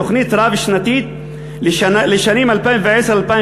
תוכנית רב-שנתית לשנים 2010 2014